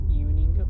evening